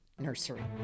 nursery